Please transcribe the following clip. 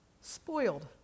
spoiled